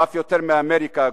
ואף יותר מאמריקה הגדולה,